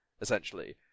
essentially